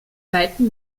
weitem